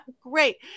great